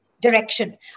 direction